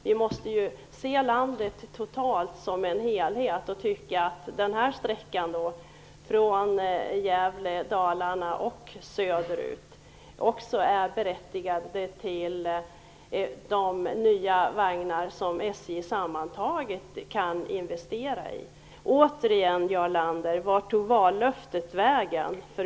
Vi måste ju se landet som en helhet och tycka att sträckan Gävle Dalarna och söderut också är berättigad till de nya vagnar som SJ sammantaget kan investera i. Återigen, Jarl Lander: Vart tog vallöftet vägen?